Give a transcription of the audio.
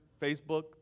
Facebook